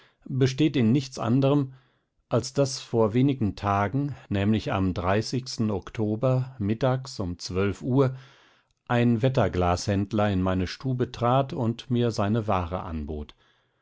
besteht in nichts anderm als daß vor einigen tagen nämlich am oktober mittags um uhr ein wetterglashändler in meine stube trat und mir seine ware anbot